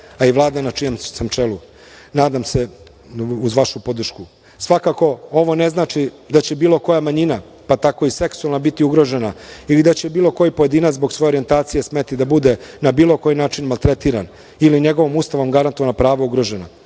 a i Vlada na čijem sam čelu, nadam se uz vašu podršku. Svakako, ovo ne znači da će bilo koja manjina, pa tako i seksualna, biti ugrožena ili da će bilo koji pojedinac zbog svoje orjentacije smeti da bude na bilo koji način maltretiran ili njegovom Ustavom garantovana prava ugrožena. Ja